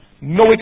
No